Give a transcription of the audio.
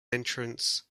entrance